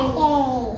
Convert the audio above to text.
Yay